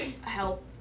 help